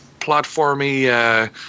platformy